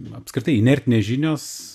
apskritai inertinės žinios